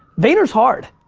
vayner's hard,